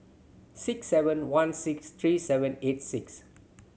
six seven one six three seven eight six